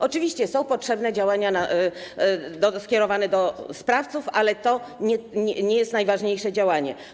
Oczywiście są potrzebne działania skierowane do sprawców, ale to nie jest najważniejsze działanie.